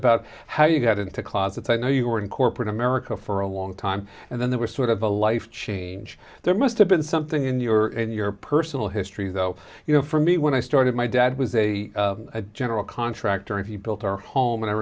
about how you got into closets i know you were in corporate america for a long time and then there was sort of a life change there must have been something in your in your personal history though you know for me when i started my dad was a general contractor and he built our home and i